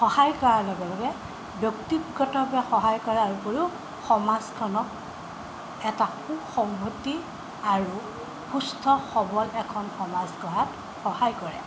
সহায় কৰাৰ লগে লগে ব্যক্তিগতভাৱে সহায় কৰাৰ উপৰিও সমাজখনক এটা সুসংহতি আৰু সুস্থ সৱল এখন সমাজ গঢ়াত সহায় কৰে